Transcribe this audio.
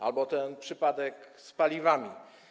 Albo ten przypadek z paliwami.